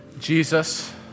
Jesus